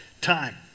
time